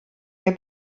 der